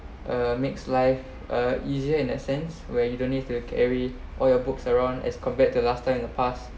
uh makes life uh easier in a sense where you don't need to carry all your books around as compared to last time in the past